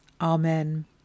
Amen